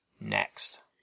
next